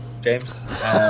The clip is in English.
James